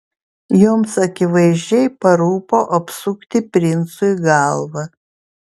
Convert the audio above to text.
joms akivaizdžiai parūpo apsukti princui galvą